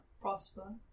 prosper